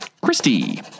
Christy